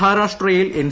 മഹാരാഷ്ട്രയിൽ എൻ